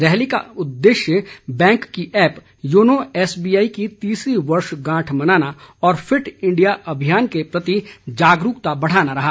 rally का उद्देश्य bank की ऐप योनो एसबीआई की तीसरी वर्षगांठ मनाना और फिट इंडिया अभियान के प्रति जागरूकता बढ़ाना रहा